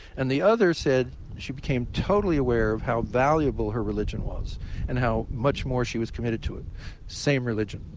and the other said she became totally aware of how valuable her religion was and how much more she was committed to it same religion.